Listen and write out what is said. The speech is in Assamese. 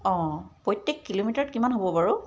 অঁ প্ৰত্যেক কিলোমিটাৰত কিমান হ'ব বাৰু